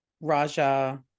raja